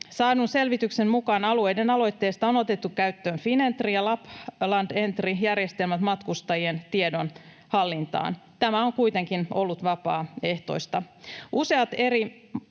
Saadun selvityksen mukaan alueiden aloitteesta on otettu käyttöön Finentry- ja Laplandentry-järjestelmät matkustajien tietojen hallintaan. Tämä on kuitenkin ollut vapaaehtoista. Useat eri